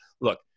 look